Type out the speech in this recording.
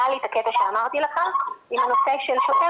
היה לי את הקטע שאמרתי לך עם הנושא של שוטר